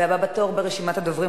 והבא בתור ברשימת הדוברים,